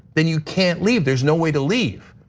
then you can't leave, there's no way to leave.